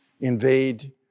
invade